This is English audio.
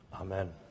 Amen